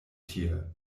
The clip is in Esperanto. tie